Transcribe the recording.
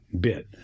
bit